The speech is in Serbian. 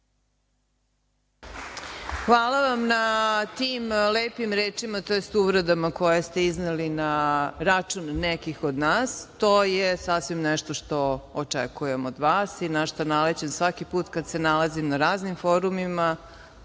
Hvala vam na tim lepim rečima, to jest uvredama koje ste izneli na račun nekih od nas. To je sasvim nešto što očekujem od vas i na šta nalećem svaki put kada se nalazim na raznim forumima